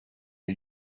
are